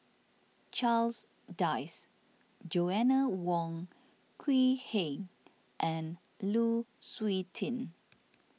Charles Dyce Joanna Wong Quee Heng and Lu Suitin